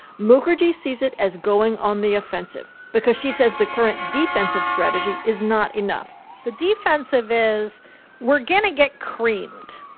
mukherjee sees it as going on the offensive because she says the current defensive strategy is not enough the defensive is we're going to get creamed,